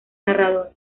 narrador